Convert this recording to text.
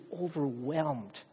overwhelmed